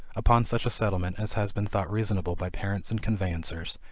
upon such a settlement as has been thought reasonable by parents and conveyancers,